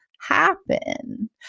happen